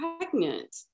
pregnant